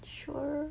sure